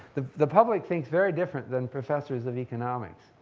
the the public thinks very different than professors of economics.